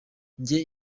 njye